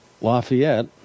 Lafayette